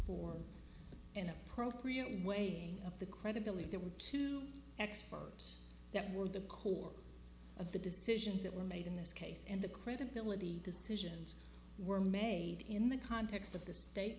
for an appropriate in waiting of the credibility there were two experts that were the core of the decisions that were made in this case and the credibility decisions were made in the context of the state